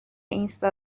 اینستا